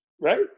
Right